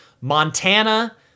Montana